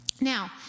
Now